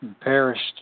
perished